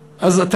איך מטפלים בהם?